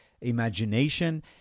imagination